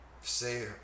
Say